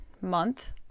month